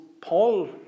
Paul